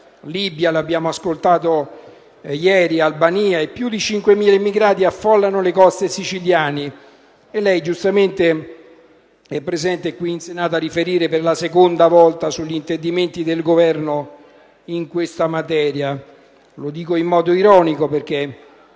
Libia (l'abbiamo ascoltato ieri), Albania e più di 5.000 immigrati affollano le coste siciliane. Lei, Ministro, giustamente è presente in Senato a riferire per la seconda volta sugli intendimenti del Governo in questa materia. Lo dico in modo ironico, perché